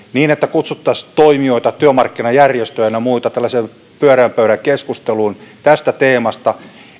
kutsuisimme toimijoita työmarkkinajärjestöjä ynnä muita tällaiseen pyöreän pöydän keskusteluun tästä teemasta